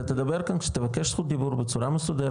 אתה תדבר כאן כשבקש זכות דיבור בצורה מסודרת,